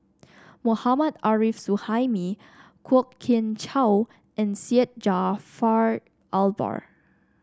Mohammad Arif Suhaimi Kwok Kian Chow and Syed Jaafar Albar